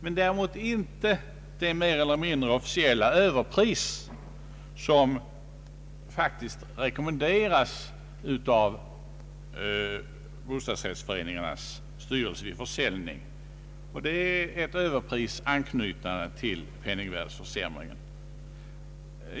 Däremot beskattas inte det mer eller mindre officiella överpris som faktiskt rekommenderas av bostadsrättsföreningarnas styrelser vid försäljning. Det är ett överpris som anknyter till penningvärdeförsämringen.